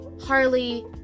harley